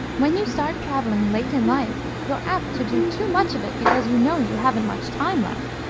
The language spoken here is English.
when you start traveling late in life you're apt to do too much of it because you know you haven't much time left,